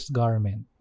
garment